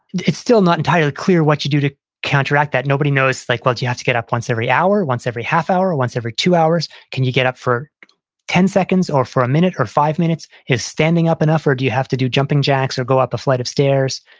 it's still not entirely clear what you do to counteract that nobody knows like once you have to get up once every hour, once every half hour or once every two hours, can you get up for ten seconds or for a minute or five minutes? is standing up enough or do you have to do jumping jacks or go up a flight of stairs?